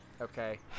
Okay